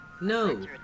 No